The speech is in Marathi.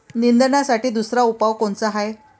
निंदनासाठी दुसरा उपाव कोनचा हाये?